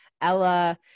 Ella